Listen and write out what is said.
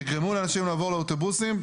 תגרמו לאנשים לעבור לאוטובוסים,